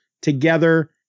together